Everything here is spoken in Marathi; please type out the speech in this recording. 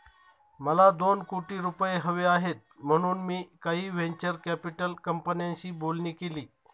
मला दोन कोटी रुपये हवे आहेत म्हणून मी काही व्हेंचर कॅपिटल कंपन्यांशी बोलणी केली